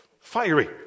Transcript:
fiery